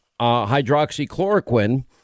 hydroxychloroquine